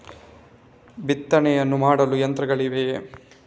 ಬಿತ್ತನೆಯನ್ನು ಮಾಡಲು ಯಂತ್ರಗಳಿವೆಯೇ?